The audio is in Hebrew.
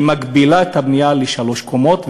מגבילה את הבנייה לשלוש קומות,